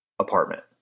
Apartment